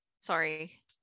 Sorry